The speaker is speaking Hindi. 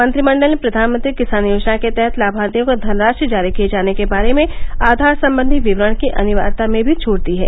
मंत्रिमंडल ने प्रधानमंत्री किसान योजना के तहत लाभार्थियों को धनराशि जारी किए जाने के बारे में आधार संबंधी विवरण की अनिवार्यता में भी छूट दी है